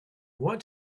want